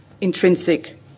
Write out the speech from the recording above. intrinsic